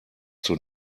zur